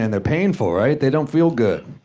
and they're painful, right? they don't feel good.